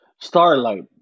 Starlight